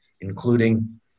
including